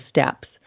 steps